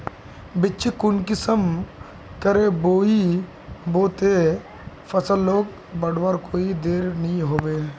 बिच्चिक कुंसम करे बोई बो ते फसल लोक बढ़वार कोई देर नी होबे?